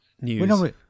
news